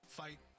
fight